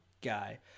guy